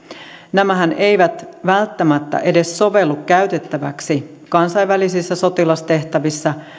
nämähän eivät välttämättä edes sovellu käytettäviksi kansainvälisissä sotilastehtävissä